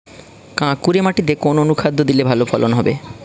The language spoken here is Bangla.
কাঁকুরে মাটিতে কোন অনুখাদ্য দিলে ভালো ফলন হবে?